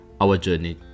ourjourney